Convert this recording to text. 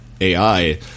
AI